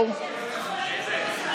התקבלה.